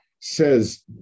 says